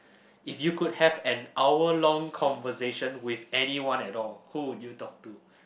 if you could have an hour long conversation with anyone at all who would you talk to